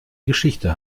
geschichte